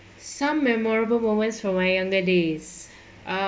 some memorable moments from my younger days uh